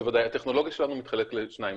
הטכנולוגיה שלנו מתחלקת לשניים.